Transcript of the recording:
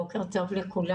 בוקר טוב לכולם.